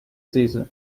season